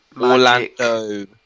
Orlando